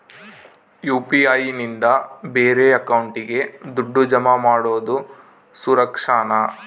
UPI ನಿಂದ ಬೇರೆ ಅಕೌಂಟಿಗೆ ದುಡ್ಡು ಜಮಾ ಮಾಡೋದು ಸುರಕ್ಷಾನಾ?